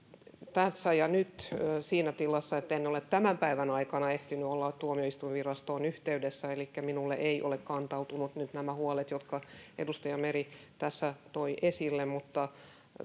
tässä ja nyt siinä tilassa että en ole tämän päivän aikana ehtinyt olla tuomioistuinvirastoon yhteydessä elikkä minulle eivät ole kantautuneet nyt nämä huolet jotka edustaja meri tässä toi esille mutta